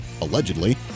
allegedly